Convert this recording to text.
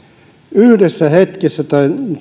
yhdessä hetkessä tai